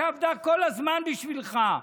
שעבדה כל הזמן בשבילך,